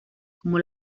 como